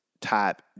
type